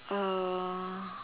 uh